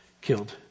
killed